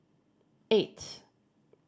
eight